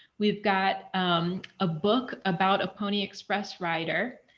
we've got a book about a pony express writer.